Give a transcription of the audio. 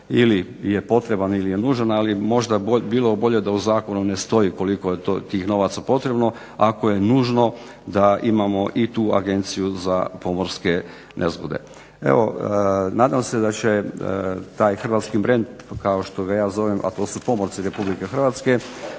ili je potreban ili je nužan, ali možda bi bilo bolje da u zakonu ne stoji koliko je tih novaca potrebno ako je nužno da imamo i tu Agenciju za pomorske nezgode. Evo, nadam se da će taj hrvatski brend kao što ga ja zovem, a to su pomorci RH, da će